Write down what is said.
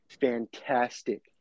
fantastic